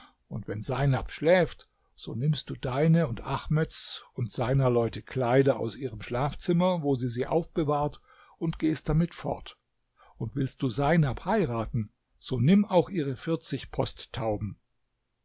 und wenn seinab schläft so nimmst du deine und ahmeds und seiner leute kleider aus ihrem schlafzimmer wo sie sie aufbewahrt und gehst damit fort und willst du seinab heiraten so nimm auch ihre vierzig